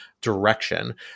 direction